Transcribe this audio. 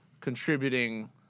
contributing